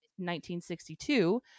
1962